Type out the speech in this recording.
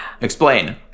Explain